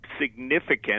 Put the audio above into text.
significant